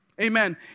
Amen